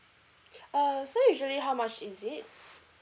uh so usually how much is it